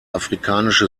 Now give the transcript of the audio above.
afrikanische